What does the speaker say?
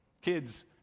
Kids